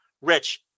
Rich